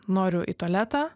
noriu į tualetą